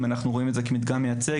אם אנחנו רואים את הסקר הזה כמדגם מייצג,